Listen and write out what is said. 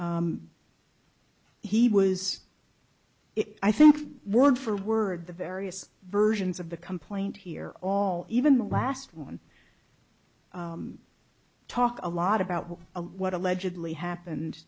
at he was it i think word for word the various versions of the complaint here all even the last one talk a lot about what a what allegedly happened